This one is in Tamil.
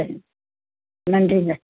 சரி நன்றிங்க